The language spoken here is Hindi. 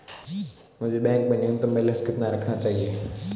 मुझे बैंक में न्यूनतम बैलेंस कितना रखना चाहिए?